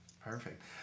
perfect